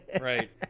Right